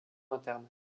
interne